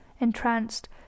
entranced